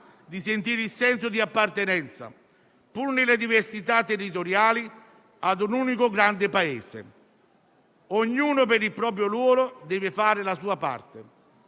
di sentire il senso di appartenenza, pur nelle diversità territoriali, a un unico grande Paese. Ognuno, nel proprio ruolo, deve fare la sua parte: